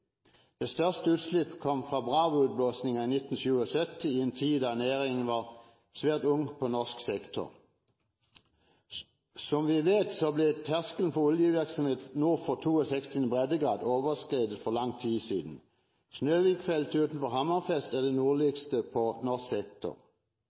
Det største utslippet kom fra Bravo-utblåsningen i 1977, i en tid da næringen var svært ung på norsk sektor. Som vi vet, ble terskelen for oljevirksomhet nord for 62. breddegrad overskredet for lang tid siden. Snøhvitfeltet utenfor Hammerfest er det